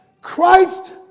Christ